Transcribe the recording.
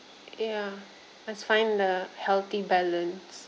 ya let's find the healthy balance